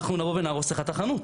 אנחנו נבוא ונהרוס לך את החנות.